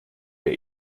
wir